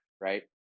right